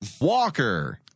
Walker